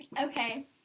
Okay